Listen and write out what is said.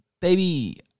baby